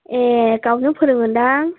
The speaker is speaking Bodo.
ए गावनो फोरोङो दां